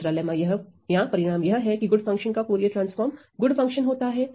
दूसरा लेम्मा या परिणाम यह है कि गुड फंक्शन का फूरिये ट्रांसफॉर्म गुड फंक्शन होता है